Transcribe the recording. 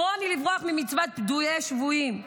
כרוני לברוח ממצוות פדויי שבויים,